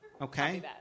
okay